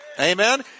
Amen